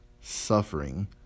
suffering